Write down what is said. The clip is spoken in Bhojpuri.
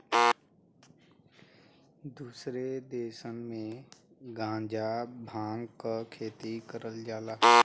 दुसरे देसन में गांजा भांग क खेती करल जाला